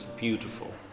beautiful